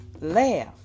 laugh